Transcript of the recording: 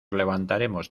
levantaremos